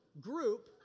group